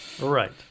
right